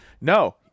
no